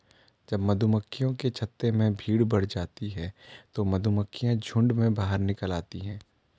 जब मधुमक्खियों के छत्ते में भीड़ बढ़ जाती है तो मधुमक्खियां झुंड में बाहर निकल आती हैं